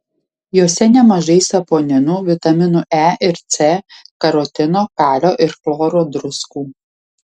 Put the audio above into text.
jose nemažai saponinų vitaminų e ir c karotino kalio ir chloro druskų